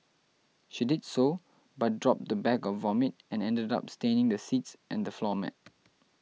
she did so but dropped the bag of vomit and ended up staining the seats and the floor mat